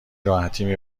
راحتی